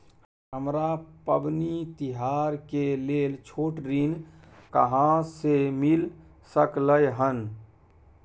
हमरा पबनी तिहार के लेल छोट ऋण कहाँ से मिल सकलय हन?